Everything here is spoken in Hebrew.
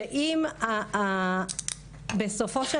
שאם בסופו של